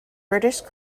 british